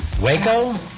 Waco